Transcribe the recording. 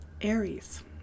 Aries